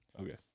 Okay